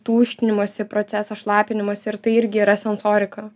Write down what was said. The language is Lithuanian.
tuštinimosi procesą šlapinimosi ir tai irgi yra sensorika